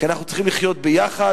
כי אנחנו צריכים לחיות ביחד,